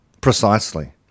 precisely